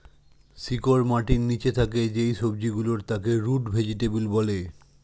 শিকড় মাটির নিচে থাকে যেই সবজি গুলোর তাকে রুট ভেজিটেবল বলে